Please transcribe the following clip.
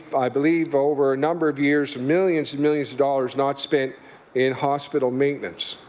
i believe over a number of years millions and millions of dollars not spent in hospital maintenance.